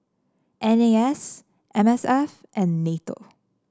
N A S M S F and NATO